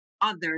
others